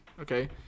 Okay